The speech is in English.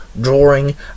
drawing